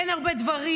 אין הרבה דברים,